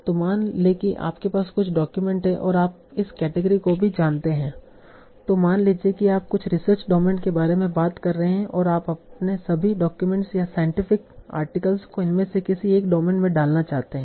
तो मान लें कि आपके पास कुछ डॉक्यूमेंट हैं और आप इस केटेगरी को भी जानते हैं तो मान लीजिए कि आप कुछ रिसर्च डोमेन के बारे में बात कर रहे हैं और आप अपने सभी डाक्यूमेंट्स या साइंटिफिक आर्टिकल्स को इनमें से किसी एक डोमेन में डालना चाहते हैं